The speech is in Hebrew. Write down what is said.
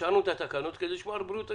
אישרנו את התקנות כדי לשמור על בריאות הציבור.